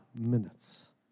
minutes